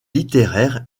littéraire